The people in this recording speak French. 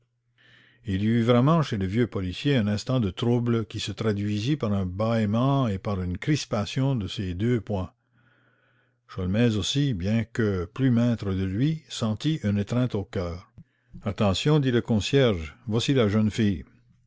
il y eut vraiment chez le vieux policier un instant de trouble qui se traduisit par un bâillement et par une crispation de ses deux poings sholmès aussi bien que plus maître de lui sentit une étreinte au cœur attention dit le concierge voici la jeune fille